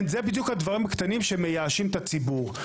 זה בדיוק הדברים הקטנים שמייאשים את הציבור.